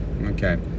okay